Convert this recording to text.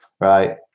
Right